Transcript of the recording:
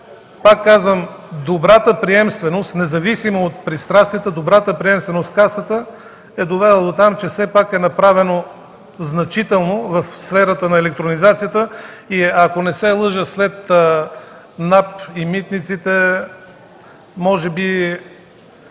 Пак казвам, добрата приемственост, независимо от пристрастията, в Касата е довела дотам, че все пак е направено значително в сферата на електронизацията. Ако не се лъжа, след НАП и митниците може би